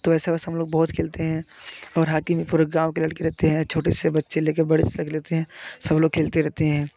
तो ऐसे वैसे हम लोग बहुत खेलते हैं और हाकी में पूरे गाँव के लड़के रहते हैं छोटे से बच्चे लेके बड़े तक लेते हैं सब लोग खेलते रहते हैं